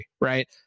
right